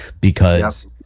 because-